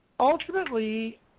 Ultimately